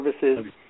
services